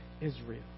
Israel